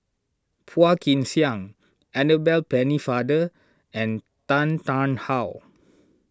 Phua Kin Siang Annabel Pennefather and Tan Tarn How